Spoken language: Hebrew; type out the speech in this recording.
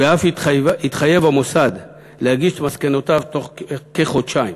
והמוסד אף התחייב להגיש את מסקנותיו תוך כחודשיים,